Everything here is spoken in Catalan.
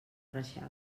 reixac